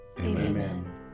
Amen